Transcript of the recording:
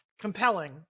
compelling